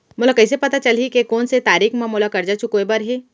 मोला कइसे पता चलही के कोन से तारीक म मोला करजा चुकोय बर हे?